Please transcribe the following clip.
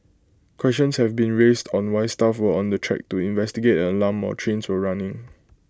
questions have been raised on why staff were on the track to investigate an alarm or trains were running